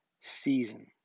season